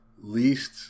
least